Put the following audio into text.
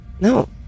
No